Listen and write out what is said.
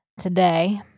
today